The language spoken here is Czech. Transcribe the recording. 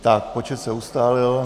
Tak, počet se ustálil.